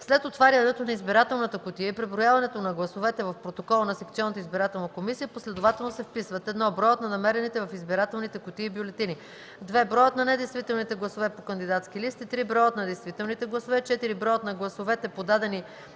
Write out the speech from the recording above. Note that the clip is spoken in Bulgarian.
След отварянето на избирателната кутия и преброяването на гласовете в протокола на секционната избирателна комисия последователно се вписват: 1. броят на намерените в избирателните кутии бюлетини; 2. броят на недействителните гласове по кандидатски листи; 3. броят на действителните гласове; 4. броят на гласовете, подадени